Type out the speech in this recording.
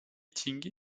ting